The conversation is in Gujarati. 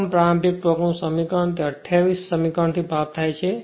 મહત્તમ પ્રારંભિક ટોર્કનું સમીકરણ તે 28 સમીકરણથી પ્રાપ્ત થાય છે